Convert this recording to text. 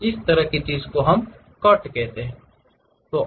उस तरह की चीज जिसे हम कट कहते हैं